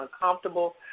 uncomfortable